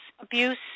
abuse